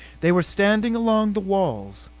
they were standing along the walls,